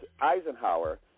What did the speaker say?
Eisenhower